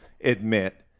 admit